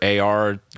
AR